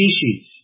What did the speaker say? species